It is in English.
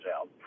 out